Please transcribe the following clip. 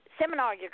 seminar